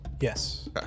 Yes